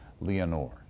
Leonore